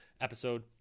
episode